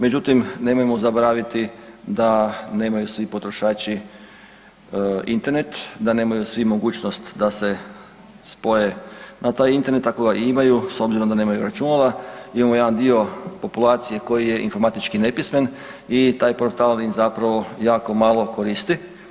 Međutim, nemojmo zaboraviti da nemaju svi potrošači Internet, da nemaju svi mogućnost da se spoje na taj Internet ako ga i imaju, s obzirom da nemaju računala, imamo jedan dio populacije koji je informatički nepismen i taj portal im zapravo jako malo koristi.